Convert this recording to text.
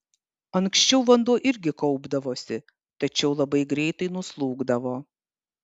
anksčiau vanduo irgi kaupdavosi tačiau labai greitai nuslūgdavo